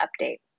update